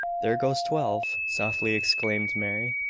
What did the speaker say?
there goes twelve! softly exclaimed mary.